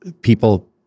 People